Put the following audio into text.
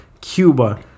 Cuba